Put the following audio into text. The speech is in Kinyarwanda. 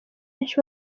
benshi